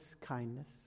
kindness